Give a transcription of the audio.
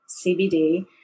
CBD